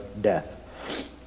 death